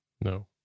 No